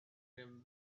rim